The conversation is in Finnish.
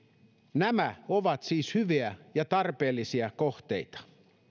nämä ovat siis hyviä ja tarpeellisia kohteita